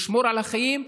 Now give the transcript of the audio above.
לשמור על החיים,